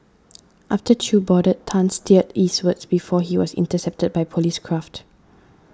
after Chew boarded Tan steered eastwards before he was intercepted by police craft